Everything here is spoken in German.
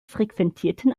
frequentierten